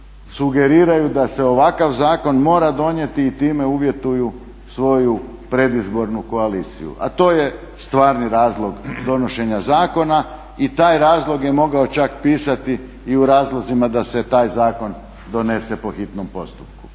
sugeriraju da se ovakav zakon mora donijeti i time uvjetuju svoju predizbornu koaliciju. A to je stvarni razlog donošenja zakona. I taj razlog je mogao čak pisati i u razlozima da se taj zakon donese po hitnom postupku.